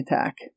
attack